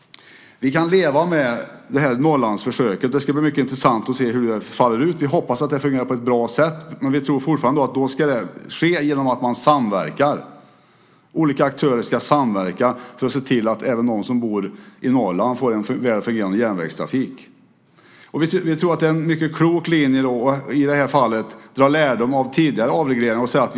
Vi kan leva med Norrlandsförsöket. Det ska bli mycket intressant att se hur det faller ut. Vi hoppas att det ska fungera på ett bra sätt, men vi tror fortfarande att det ska ske genom att olika aktörer ska samverka för att se till att även de som bor i Norrland får en väl fungerande järnvägstrafik. Vi tror att det är en mycket klok linje i det här fallet att dra lärdom av tidigare avregleringar.